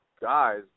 guys